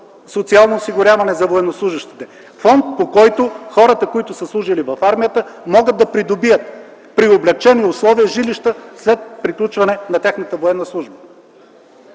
социално осигуряване за военнослужещите, фонд, по който хората, които са служили в армията, могат да придобият при облекчени условия жилища след приключване на тяхната военна служба.